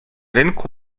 rynku